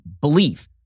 belief